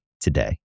today